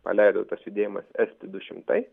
paleido tas judėjimas esti du šimtai